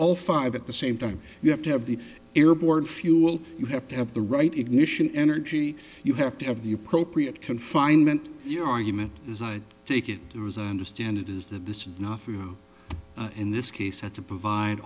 all five at the same time you have to have the airborne fuel you have to have the right ignition energy you have to have the appropriate confinement your argument is i take it it was understand it is that the snafu in this case had to provide